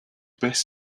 best